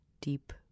deep